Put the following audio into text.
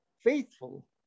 faithful